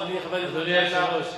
אדוני חבר הכנסת,